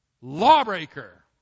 Lawbreaker